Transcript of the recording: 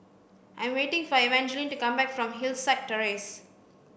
I am waiting for Evangeline to come back from Hillside Terrace